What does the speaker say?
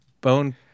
bone